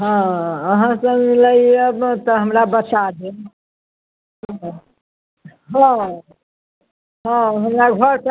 हँ अहाँ से मिलै ला आएब ने तऽ हमरा बता देब हँ हँ हमरा घर पर